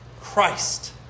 Christ